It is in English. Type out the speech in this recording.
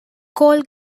coal